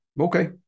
okay